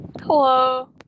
hello